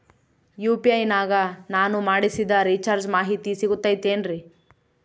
UPI ನಾಗ ನಾನು ಮಾಡಿಸಿದ ರಿಚಾರ್ಜ್ ಮಾಹಿತಿ ಸಿಗುತೈತೇನ್ರಿ?